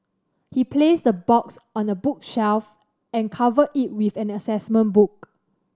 he placed the box on a bookshelf and covered it with an assessment book